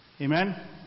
Amen